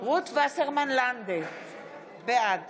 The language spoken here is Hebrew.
רות וסרמן לנדה, בעד